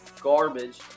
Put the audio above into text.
garbage